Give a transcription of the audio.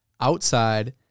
outside